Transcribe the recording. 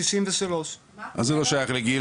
63. אז זה לא שייך לגיל,